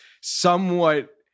somewhat